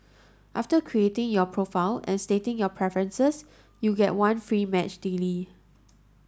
after creating your profile and stating your preferences you get one free match daily